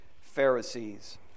Pharisees